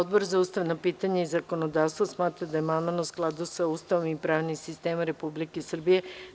Odbor za ustavna pitanja i zakonodavstvo smatra da je amandman u skladu sa Ustavom i pravnim sistemom Republike Srbije.